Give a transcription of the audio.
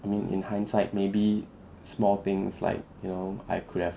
I mean in hindsight maybe small things like you know I could have